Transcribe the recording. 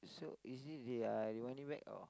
is it they are running back or